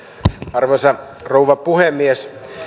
arvoisa rouva puhemies